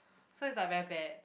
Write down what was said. so is like very bad